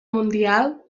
mundial